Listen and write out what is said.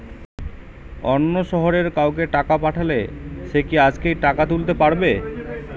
অন্য শহরের কাউকে টাকা পাঠালে সে কি আজকেই টাকা তুলতে পারবে?